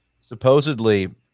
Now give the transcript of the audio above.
supposedly